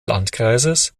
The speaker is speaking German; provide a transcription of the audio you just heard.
landkreises